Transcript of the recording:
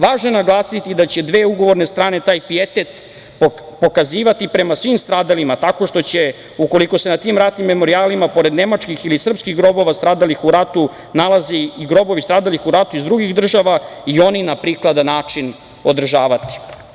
Važno je naglasiti da će dve ugovorene strane taj pijetet pokazivati prema svim stradalima tako što će ukoliko se na tim ratnim memorijalima pored nemačkih ili srpskih grobova stradalih u ratu nalaze i grobovi stradalih u ratu iz drugih država i oni na prikladan način održavati.